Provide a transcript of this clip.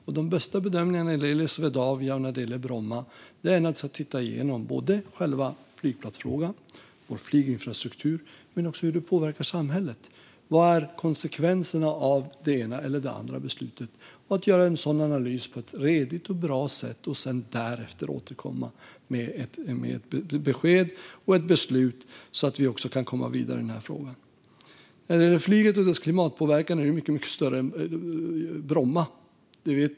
Och de bästa bedömningarna när det gäller Swedavia och Bromma flygplats gör man naturligtvis genom att titta igenom både själva flygplatsfrågan och flyginfrastrukturen men också hur en nedläggning påverkar samhället, vad som blir konsekvenserna av det ena eller det andra beslutet. En sådan analys ska vi göra på ett redigt och bra sätt och därefter återkomma med ett besked och ett beslut så att vi kan komma vidare i den här frågan. Frågan om flyget och dess klimatpåverkan är mycket större än frågan om Bromma.